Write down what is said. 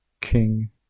King